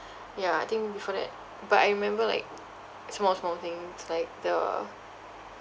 ya I think before that but I remember like small small things like the